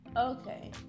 Okay